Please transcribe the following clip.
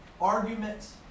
arguments